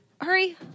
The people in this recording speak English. hurry